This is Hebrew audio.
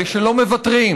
אלה שלא מוותרים,